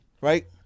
right